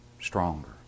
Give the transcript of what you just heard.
stronger